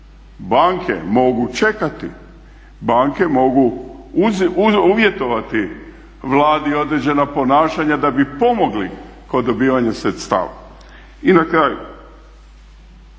Banke mogu čekati, banke mogu uvjetovati Vladi određena ponašanja da bi pomogli kod dobivanja sredstava. I na kraju,